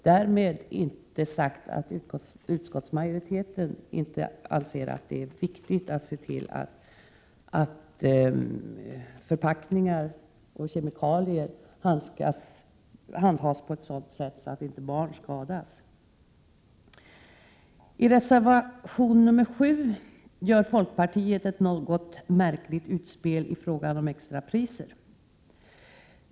Därmed inte sagt att utskottsmajoriteten inte anser att det är viktigt att se till att förpackningar med kemikalier handhas på sådant sätt att barn inte skadas. I reservation nr 7 gör folkpartiet ett något märkligt utspel i frågan om extrapriser.